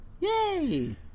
Yay